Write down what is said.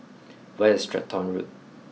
where is Stratton Road